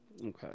Okay